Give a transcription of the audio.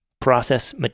process